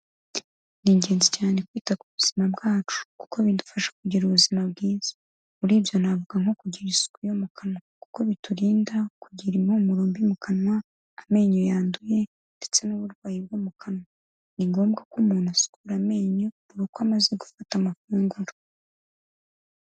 Ni ingenzi cyane kwita ku buzima bwacu kuko bidufasha kugira ubuzima bwiza. Muri ibyo navuga nko kugira isuku yo mu kanwa kuko biturinda kugira impumuro mbi mu kanwa, amenyo yanduye ndetse n'uburwayi bwo mu kanwa. Ni ngombwa ko umuntu asukura amenyo buri uko amaze gufata amafunguro.